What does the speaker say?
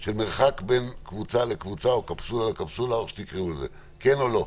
של מרחק בין קבוצה לקבוצה, כן או לא?